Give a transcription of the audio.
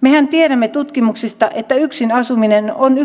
mehän tiedämme tutkimuksista että yksin asuminen on